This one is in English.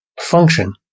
function